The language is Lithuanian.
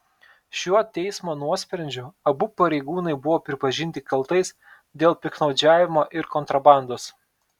šiuo teismo nuosprendžiu abu pareigūnai buvo pripažinti kaltais dėl piktnaudžiavimo ir kontrabandos